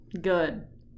Good